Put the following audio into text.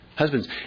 Husbands